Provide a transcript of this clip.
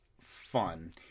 fun